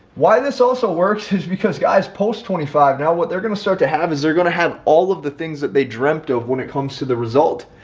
why this also works is because guys post twenty five now what they're going to start to have is they're going to have all of the things that they dreamt of when it comes to the result.